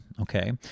okay